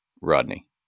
Rodney